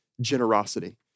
generosity